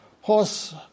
horse